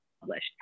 published